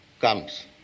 comes